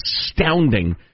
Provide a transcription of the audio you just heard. astounding